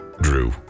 drew